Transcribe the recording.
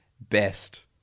Best